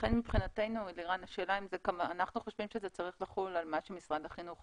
אנחנו חושבים שזה צריך לחול על מה שמשרד החינוך עושה.